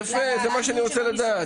יפה, זה מה שרציתי לדעת.